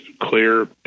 clear